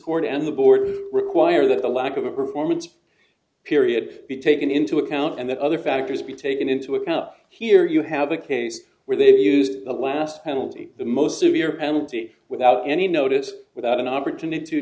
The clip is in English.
court and the board require that the lack of a performance period be taken into account and that other factors be taken into account here you have a case where they view the last penalty the most severe penalty without any notice without an opportunity to